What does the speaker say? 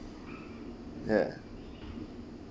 ya